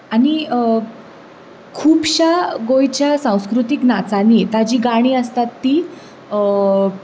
आनी खुबशां गोंयच्या संस्कृतीक नाचानी ताची गाणीं आसतात तीं